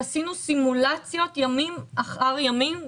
ועשינו סימולציות - ימים אחר ימים,